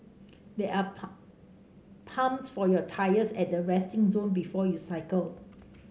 there are pumps for your tyres at the resting zone before you cycle